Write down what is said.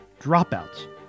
dropouts